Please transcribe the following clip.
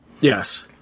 Yes